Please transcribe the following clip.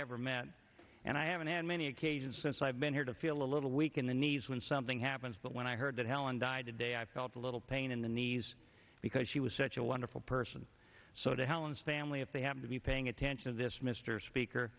ever met and i haven't had many occasions since i've been here to feel a little weak in the knees when something happens but when i heard that helen died today i felt a little pain in the knees because she was such a wonderful person so to helen's family if they have been paying attention to this mr